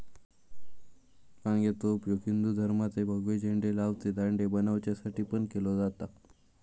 माणग्याचो उपयोग हिंदू धर्माचे भगवे झेंडे लावचे दांडे बनवच्यासाठी पण केलो जाता